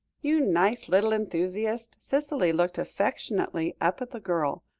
you nice little enthusiast! cicely looked affectionately up at the girl,